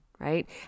Right